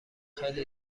خیلی